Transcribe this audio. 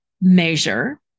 measure